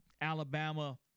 Alabama